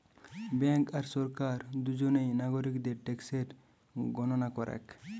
bank আর সরকার দুজনেই নাগরিকদের ট্যাক্সের গণনা করেক